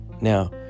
Now